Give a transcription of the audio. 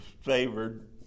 favored